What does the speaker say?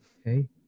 Okay